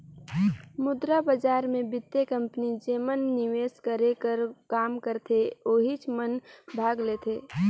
मुद्रा बजार मे बित्तीय कंपनी जेमन निवेस करे कर काम करथे ओहिच मन भाग लेथें